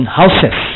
houses